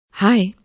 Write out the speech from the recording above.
Hi